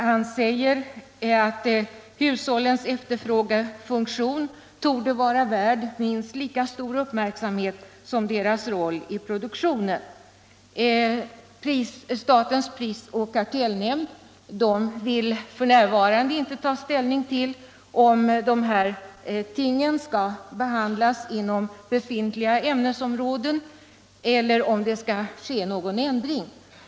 Han säger att hushållens efterfrågefunktion torde vara värd minst lika stor uppmärksamhet som deras roll i produktionen. Statens prisoch kartellnämnd vill f. n. inte ta ställning till om de här tingen skall behandlas inom befintliga ämnesområden eller om det skall ske någon ändring.